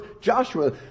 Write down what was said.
Joshua